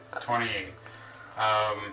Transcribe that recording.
Twenty-eight